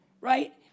right